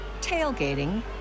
tailgating